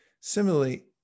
Similarly